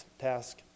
task